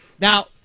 Now